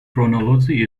chronology